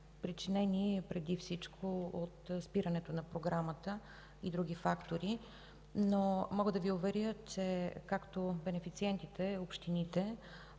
причинени преди всичко от спирането на програмата и други фактори. Мога да Ви уверя обаче, че както бенефициентите – общините,